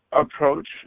approach